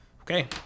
Okay